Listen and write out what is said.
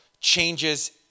changes